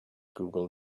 google